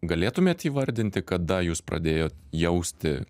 galėtumėt įvardinti kada jūs pradėjot jausti